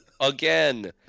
again